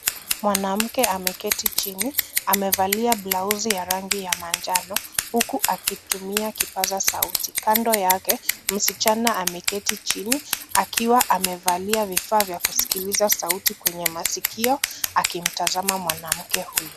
Mwanamke ameketi chini, amevalia blausi ya rangi ya manjano huku akitumia kipaza sauti. Kando yake msichana ameketi chini akiwa amevalia vifaa vya kusikiliza sauti kwenye masikio akimtazama mwanamke huyo.